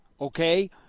okay